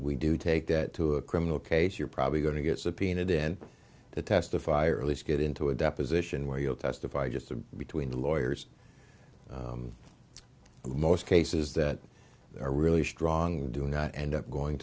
we do take that to a criminal case you're probably going to get subpoenaed in to testify or at least get into a deposition where you'll testify just the between the lawyers who most cases that are really strong do not end up going